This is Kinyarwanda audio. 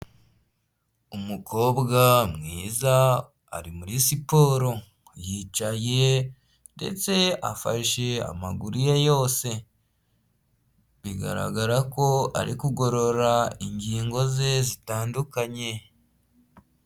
Umukobwa mwiza ari muri siporo, yicaye ndetse afashe amaguru ye yose, bigaragara ko ari kugorora ingingo ze zitandukanye.